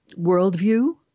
worldview